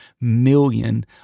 million